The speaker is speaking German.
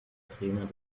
trainer